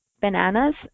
bananas